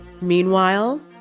Meanwhile